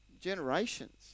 generations